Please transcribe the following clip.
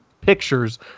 pictures